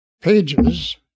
pages